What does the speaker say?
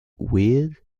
weird